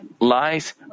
lies